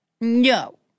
No